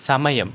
സമയം